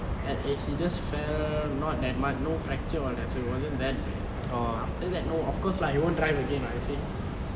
and he just fell not that much no fracture or that so it wasn't that bad after that no of course lah he won't drive again [what] you see